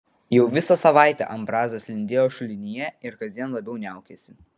jau visa savaitė ambrazas lindėjo šulinyje ir kasdien labiau niaukėsi